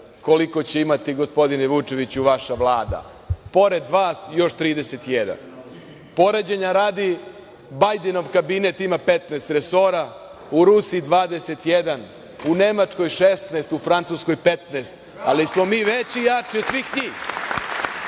koliko će imati, gospodine Vučeviću, vaša Vlada, pored vas još 31. Poređenja radi, Bajdenov kabinet ima 15 resora, u Rusiji 21, u Nemačkoj 16, u Francuskoj 15, ali smo mi veći i jači od svih njih.